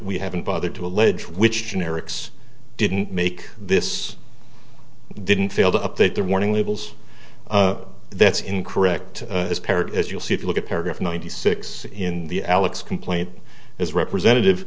we haven't bothered to allege which generics didn't make this didn't fail to update their warning labels that's incorrect as you'll see if you look at paragraph ninety six in the alex complaint as representative